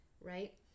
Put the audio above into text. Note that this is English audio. right